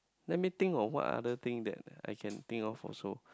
let me think of what other things that I can think of also